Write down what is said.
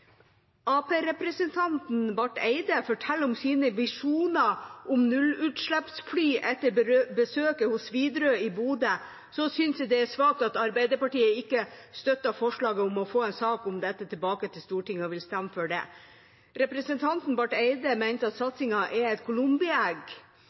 Barth Eide fortelle om sine visjoner om nullutslippsfly etter besøket hos Widerøe i Bodø, synes jeg det er svakt at Arbeiderpartiet ikke støtter forslaget om å få en sak om dette tilbake til Stortinget og vil stemme for det. Representanten Barth Eide mente at